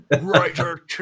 writer